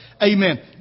Amen